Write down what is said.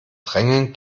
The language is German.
drängeln